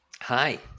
Hi